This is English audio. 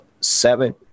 seven